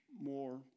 more